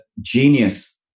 genius